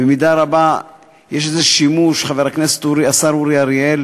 במידה רבה יש איזה שימוש, השר אורי אריאל